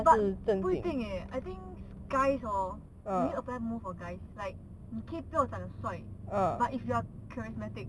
but 不一定 eh I think guys hor maybe apply most for guys like 你可以不要讲帅 but if you are charismatic